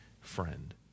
friend